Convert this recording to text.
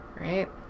right